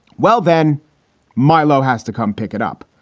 well, then milo has to come pick it up.